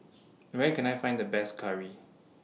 Where Can I Find The Best Curry